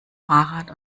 fahrrad